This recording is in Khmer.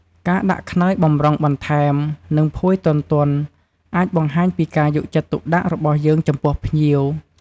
ការដាក់ខ្នើយបម្រុងបន្ថែម និងភួយទន់ៗ អាចបង្ហាញពីការយកចិត្តទុកដាក់របស់យើងចំពោះភ្ញៀវ។